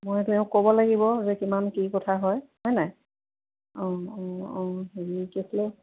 মই তেওঁক ক'ব লাগিব যে কিমান কি কথা হয হয়নে অঁ অঁ অঁ হেৰি কি আছিলে